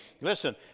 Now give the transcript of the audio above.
Listen